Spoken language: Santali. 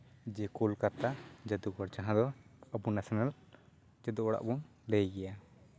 ᱡᱮ ᱠᱳᱞᱠᱟᱛᱟ ᱡᱟ ᱫᱩᱜᱷᱚᱨ ᱡᱟᱦᱟᱸ ᱫᱚ ᱟᱵᱚ ᱱᱮᱥᱮᱱᱮᱞ ᱡᱟᱹᱫᱩ ᱚᱲᱟᱜ ᱵᱚᱱ ᱞᱟᱹᱭ ᱜᱮᱭᱟ